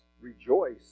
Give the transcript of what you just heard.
rejoice